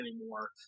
anymore